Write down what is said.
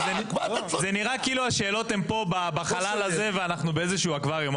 זה נראה כאילו השאלות הן פה בחלל הזה ואנחנו באיזה שהוא אקווריום,